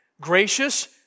gracious